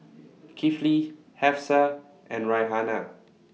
Kifli Hafsa and Raihana